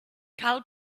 cal